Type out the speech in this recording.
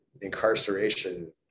incarceration